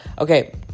okay